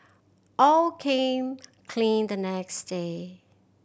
aw came clean the next day